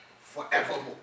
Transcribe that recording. forevermore